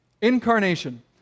Incarnation